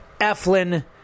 Eflin